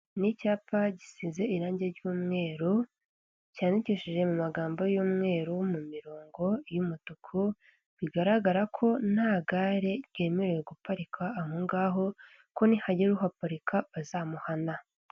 Ni icyapa gisize irangi ry'umweru cyandikishije mu magambo y'umweru, mu mirongo y'umutuku, bigaragara ko nta gare ryemerewe guparika aho ngaho ko nihagira uhaparika bazamuhana.